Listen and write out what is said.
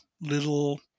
little